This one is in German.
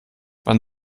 wann